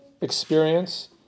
experience